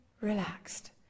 relaxed